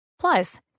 Plus